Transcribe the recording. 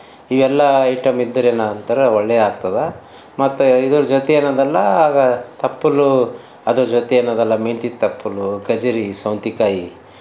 ಇವೆಲ್ಲ ಐಟಮ್ ಇದ್ದರೆ ಏನು ಅಂತಾರೆ ಒಳ್ಳೆ ಆಗ್ತದ ಮತ್ತೆ ಇದರ ಜೊತೆ ಏನದಲ್ಲ ತಪ್ಪಲು ಅದರ ಜೊತೆ ಏನದಲ್ಲ ಮೆಂತ್ಯ ತಪ್ಪಲು ಕಜಿರಿ ಸೌತೆಕಾಯಿ